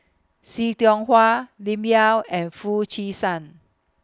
See Tiong Hua Lim Yau and Foo Chee San